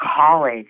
college